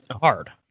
hard